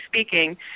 speaking